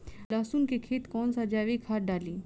लहसुन के खेत कौन सा जैविक खाद डाली?